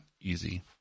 easy